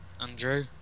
Andrew